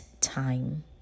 time